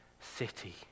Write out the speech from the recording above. city